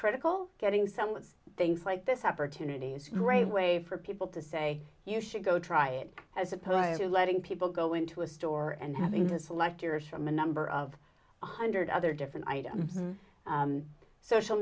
critical getting some things like this opportunity is great way for people to say you should go try it as opposed to letting people go into a store and having to select yours from a number of one hundred other different items social